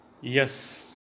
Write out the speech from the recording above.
yes